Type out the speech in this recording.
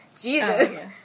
Jesus